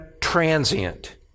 transient